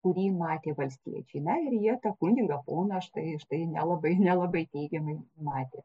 kurį matė valstiečiai na ir jie tą kunigą poną štai štai nelabai nelabai teigiamai matė